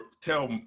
tell